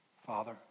Father